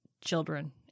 children